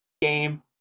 game